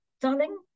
darling